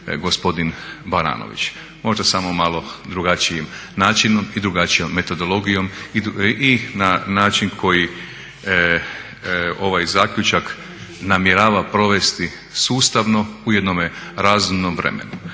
gospodin Baranović. Možda samo malo drugačijim načinom i drugačijom metodologijom i na način koji ovaj zaključak namjerava provesti sustavno u jednome razumnom vremenu.